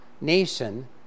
nation